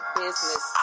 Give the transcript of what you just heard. business